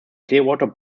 clearwater